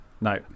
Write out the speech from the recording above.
No